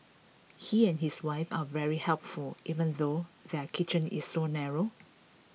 he and his wife are very helpful even though their kitchen is so narrow